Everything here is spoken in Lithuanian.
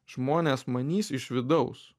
žmonės manys iš vidaus